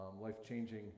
life-changing